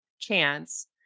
chance